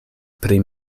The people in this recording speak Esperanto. pri